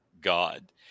God